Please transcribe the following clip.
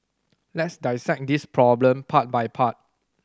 let's dissect this problem part by part